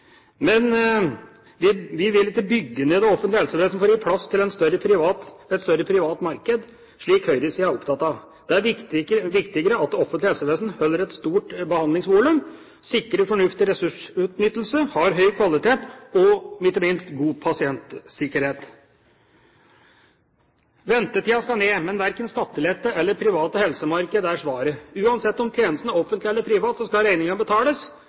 Men vi vil ikke bygge ned det offentlige helsevesen for å gi plass til et større privat marked, slik høyresiden er opptatt av. Det er viktigere at det offentlige helsevesen beholder et stort behandlingsvolum, sikrer fornuftig ressursutnyttelse, har høy kvalitet og ikke minst god pasientsikkerhet. Ventetiden skal ned, men verken skattelette eller privat helsemarked er svaret. Uansett om tjenesten er offentlig eller privat skal regningen betales,